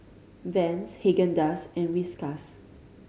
Vans Haagen Dazs and Whiskas